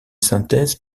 synthèse